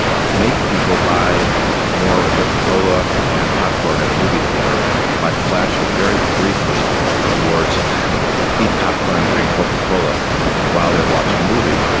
make people buy more coca cola and popcorn at a movie theatre by flashing very briefly the words eat popcorn and drink coca cola while they were watching a movie.